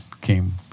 came